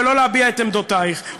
ולא להביע את עמדותייך.